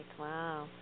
Wow